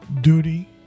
duty